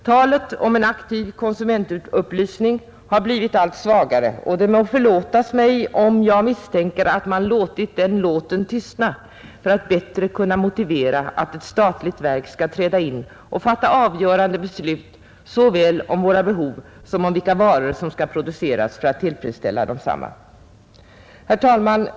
Talet om en aktiv konsumentupplysning har blivit allt svagare, och det må förlåtas mig om jag misstänker att man låtit den låten tystna för att bättre kunna motivera att ett statligt verk skall träda in och fatta avgörande beslut såväl om våra behov som om vilka varor som skall produceras för att tillfredsställa desamma. Herr talman!